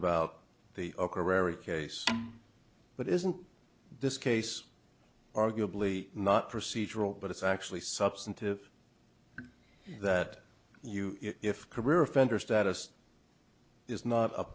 corroboree case but isn't this case arguably not procedural but it's actually substantive that you if career offender status is not a